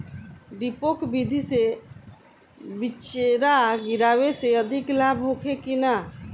डेपोक विधि से बिचड़ा गिरावे से अधिक लाभ होखे की न?